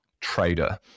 trader